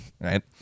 right